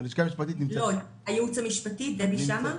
דבי שם?